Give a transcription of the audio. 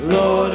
Lord